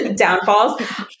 downfalls